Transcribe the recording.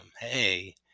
Hey